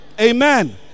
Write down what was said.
Amen